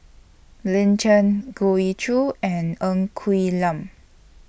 Lin Chen Goh Ee Choo and Ng Quee Lam